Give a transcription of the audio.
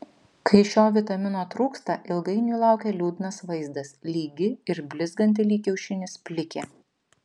kai šio vitamino trūksta ilgainiui laukia liūdnas vaizdas lygi ir blizganti lyg kiaušinis plikė